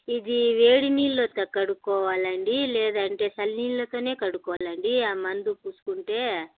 ఇది వేడి నీళ్ళతో కడుక్కోవాలి అండి లేదంటే చల్ల నీళ్లతో కడుక్కోవాలి అండి ఆ మందు పూసుకుంటే